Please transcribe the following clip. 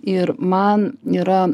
ir man yra